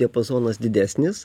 diapazonas didesnis